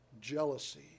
jealousy